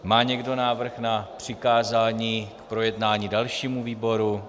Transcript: Má někdo návrh na přikázání k projednání dalšímu výboru?